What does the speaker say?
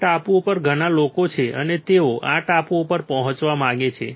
આ ટાપુ ઉપર ઘણા લોકો છે અને તેઓ આ ટાપુ ઉપર પહોંચવા માંગે છે